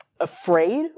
afraid